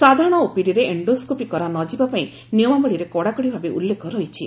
ସାଧାରଣ ଓପିଡିରେ ଏଶ୍ଡୋସ୍କୋପି କରାନଯିବା ପାଇଁ ନିୟମାବଳୀରେ କଡ଼ାକଡ଼ି ଭାବେ ଉଲ୍ଟେଖ ରହିଛି